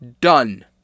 Done